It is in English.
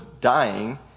dying